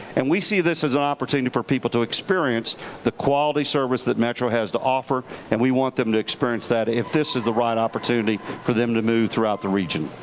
and we see this as an opportunity for people to experience the quality service that metro has to offer. and we want them to experience that if this is the right opportunity for them to move throughout the region.